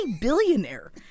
billionaire